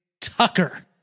Tucker